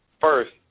first